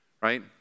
right